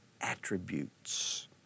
attributes